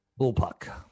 bullpuck